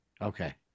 Okay